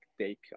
take